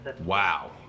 wow